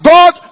God